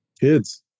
Kids